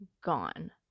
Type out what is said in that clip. gone